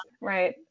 right